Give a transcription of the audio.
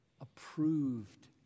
approved